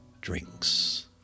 drinks